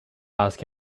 ask